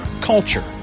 culture